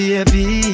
Baby